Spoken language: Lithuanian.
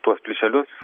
tuos plyšelius